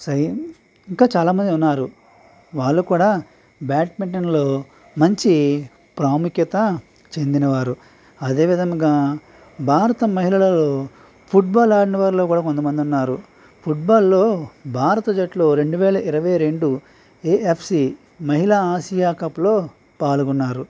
సై ఇంకా చాలామంది ఉన్నారు వాళ్ళు కూడా బ్యాడ్మింటన్లో మంచి ప్రాముఖ్యత చెందినవారు అదే విధముగా భారత మహిళలలో ఫుట్బాల్ ఆడిన వారిలో కూడా కొంతమంది ఉన్నారు ఫుట్బాల్లో భారత జట్టులో రెండు వేల ఇరువై రెండు ఏఎఫ్సి మహిళా ఆసియా కప్లో పాల్గొన్నారు